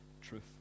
truth